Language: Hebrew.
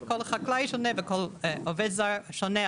כל חקלאי שונה וכל עובד זר שונה,